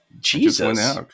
Jesus